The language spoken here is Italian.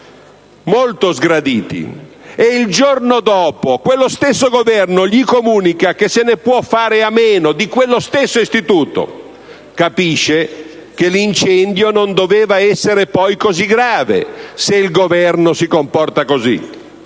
molto sgraditi, e il giorno dopo quello stesso Governo gli comunica che si può fare a meno di quello stesso istituto? Il cittadino capisce che l'incendio non doveva essere poi così grave se il Governo si comporta così,